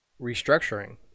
restructuring